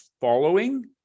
following